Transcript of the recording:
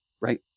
right